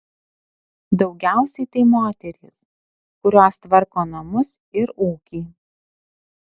daugiausiai tai moterys kurios tvarko namus ir ūkį